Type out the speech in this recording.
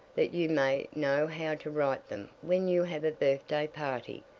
that you may know how to write them when you have a birthday party,